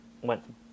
went